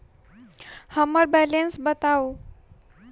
हम्मर बैलेंस बताऊ